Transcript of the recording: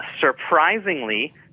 surprisingly